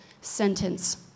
sentence